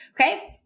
Okay